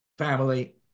Family